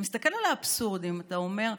אתה מסתכל על האבסורדים ואתה אומר: